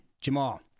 Jamal